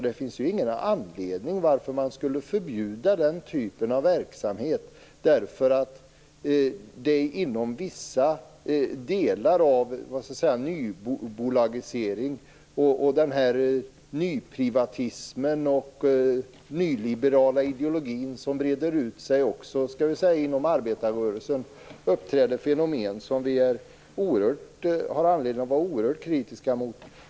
Det finns ingen anledning att förbjuda den typen av verksamhet därför att det inom vissa delar av nybolagiseringen, nyprivatismen och den nyliberala ideologin, som breder ut sig också inom arbetarrörelsen, uppträder fenomen som vi har anledning att vara oerhört kritiska till.